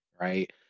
right